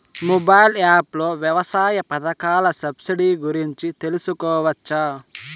Mobile app లో వ్యవసాయ పథకాల సబ్సిడి గురించి తెలుసుకోవచ్చా?